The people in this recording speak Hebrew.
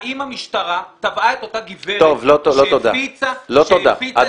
האם המשטרה תבעה את אותה גברת שהפיצה את הסרטון הזה?